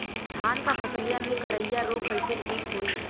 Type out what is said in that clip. धान क फसलिया मे करईया रोग कईसे ठीक होई?